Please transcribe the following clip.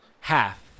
half